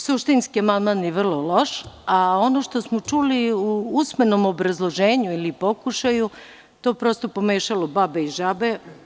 Suštinski amandman je vrlo loš, a ono što smo čuli u usmenom obrazloženju ili pokušaju, to je prosto pomešalo babe i žabe.